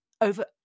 over